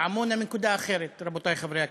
עמונה מנקודה אחרת, רבותי חברי הכנסת.